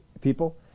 people